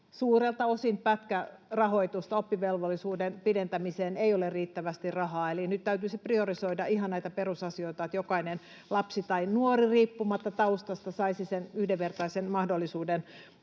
suurelta osin pätkärahoitusta. Oppivelvollisuuden pidentämiseen ei ole riittävästi rahaa. Eli nyt täytyisi priorisoida ihan näitä perusasioita, että jokainen lapsi tai nuori, riippumatta taustasta, saisi sen yhdenvertaisen mahdollisuuden